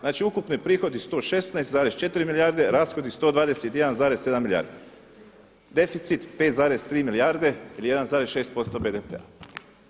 Znači ukupni prihodi 116,4 milijarde, rashodi 121,7 milijardi, deficit 5,3 milijarde ili 1,6% BDP-a.